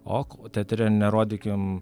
ok o teatre nerodykim